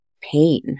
pain